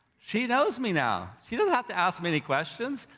she knows me now, she doesn't have to ask me any questions.